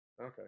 Okay